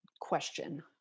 question